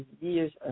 years